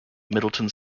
middleton